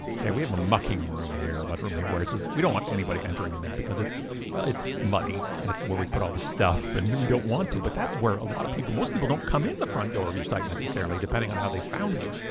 okay? we have a mucking room here, a mudroom here where it says, we don't want anybody entering in there because it's well, it's muddy. and it's where we put all this stuff and we don't want to, but that's where a lot of people. most people don't come in the front door of your site necessarily, depending on how they found you.